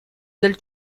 del